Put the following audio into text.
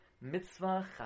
Mitzvah